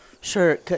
Sure